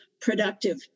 productive